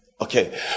Okay